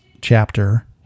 chapter